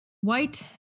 white